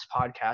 podcast